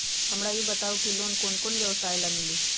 हमरा ई बताऊ लोन कौन कौन व्यवसाय ला मिली?